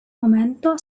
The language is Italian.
momento